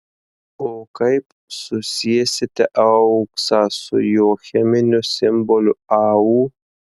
o kaip susiesite auksą su jo cheminiu simboliu au